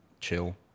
Chill